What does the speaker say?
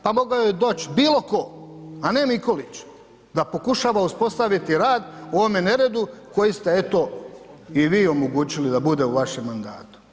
Pa mogao je doći bilo tko a ne Mikulić da pokušava uspostaviti rad u ovome neredu koji ste eto i vi omogućili da bude u vašem mandatu.